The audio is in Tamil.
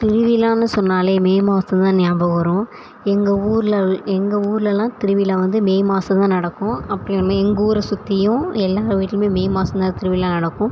திருவிழான்னு சொன்னாலே மே மாதம் தான் ஞாபகம் வரும் எங்கள் ஊரில் உள்ள எங்கள் ஊர்லலாம் திருவிழா வந்து மே மாதம் தான் நடக்கும் அப்படிலாமே எங்கள் ஊரை சுற்றியும் எல்லோர் வீட்லேயுமே மே மாதம் தான் திருவிழா நடக்கும்